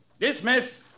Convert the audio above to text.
Dismiss